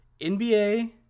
NBA